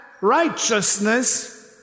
righteousness